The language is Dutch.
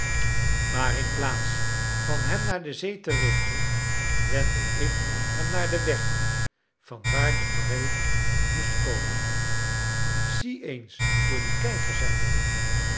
maar inplaats van hem naar de zee te richten wendde ik hem naar den weg vanwaar de break moest komen zie eens door dien kijker zeide ik